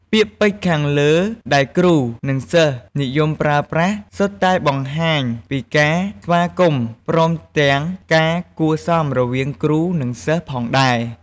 ពាក្យពេចន៍ខាងលើដែលគ្រូ និងសិស្សនិយមប្រើប្រាស់សុទ្ធតែបង្ហាញពីការស្វាគមន៍ ព្រមទាំងការគួរសមរវាងគ្រូ និង សិស្សផងដែរ។